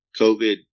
COVID